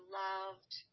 loved –